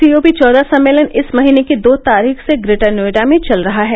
सी O P चौदह सम्मेलन इस महीने की दो तारीख से ग्रेटर नोएडा में चल रहा है